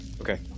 Okay